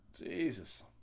Jesus